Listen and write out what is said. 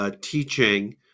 teaching